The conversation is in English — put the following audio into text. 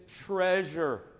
treasure